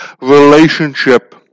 relationship